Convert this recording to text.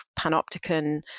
Panopticon